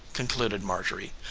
concluded marjorie,